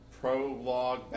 prologue